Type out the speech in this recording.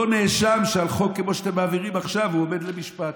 אותו נאשם שעל חוק כמו שאתם מעבירים עכשיו הוא עומד למשפט.